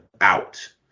out